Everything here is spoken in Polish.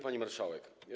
Pani Marszałek!